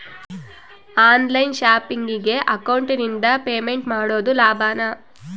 On line ಶಾಪಿಂಗಿಗೆ ಅಕೌಂಟಿಂದ payment ಮಾಡೋದು ಲಾಭಾನ?